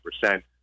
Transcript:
percent